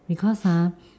because ah